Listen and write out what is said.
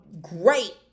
great